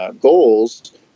goals